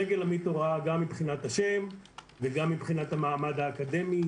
סגל עמית הוראה גם מבחינת השם וגם מבחינת המעמד האקדמי